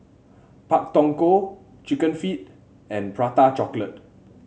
Pak Thong Ko chicken feet and Prata Chocolate